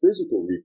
physical